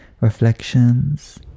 reflections